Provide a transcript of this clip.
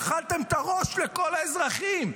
אכלתם את הראש לכל האזרחים.